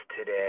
today